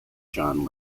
john